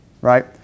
right